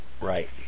Right